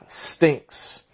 stinks